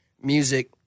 music